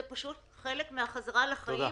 זה פשוט חלק מהחזרה לחיים.